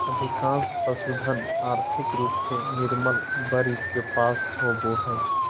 अधिकांश पशुधन, और्थिक रूप से निर्बल वर्ग के पास होबो हइ